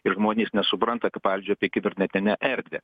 ir žmonės nesupranta pavyzdžiui apie kibernetinę erdvę